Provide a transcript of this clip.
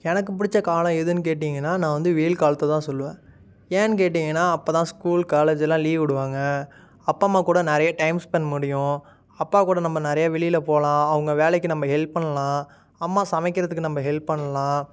எனக்கு பிடிச்ச காலம் எதுன்னு கேட்டிங்கனால் நான் வந்து வெயில் காலத்தைதான் சொல்லுவேன் ஏன்னெனு கேட்டிங்கனால் அப்போதான் ஸ்கூல் காலேஜெலாம் லீவ் விடுவாங்க அப்பா அம்மா கூட நிறைய டைம் ஸ்பெண்ட் பண்ண முடியும் அப்பா கூட நம்ம நிறைய வெளியில் போகலாம் அவங்க வேலைக்கு நம்ம ஹெல்ப் பண்ணலாம் அம்மா சமைக்கிறதுக்கு நம்ம ஹெல்ப் பண்ணலாம்